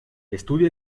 estudia